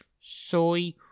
Soy